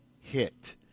hit